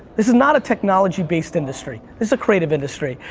this is not a technology based industry, this is a creative industry.